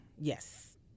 Yes